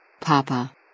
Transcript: Papa